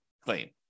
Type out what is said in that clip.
claim